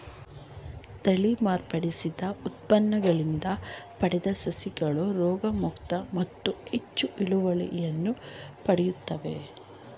ತಳಿ ಮಾರ್ಪಡಿಸಿದ ಉತ್ಪನ್ನಗಳಿಂದ ಪಡೆದ ಸಸಿಗಳು ರೋಗಮುಕ್ತ ಮತ್ತು ಹೆಚ್ಚು ಇಳುವರಿಯನ್ನು ಕೊಡುತ್ತವೆ